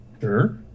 Sure